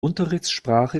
unterrichtssprache